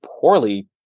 poorly